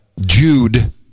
Jude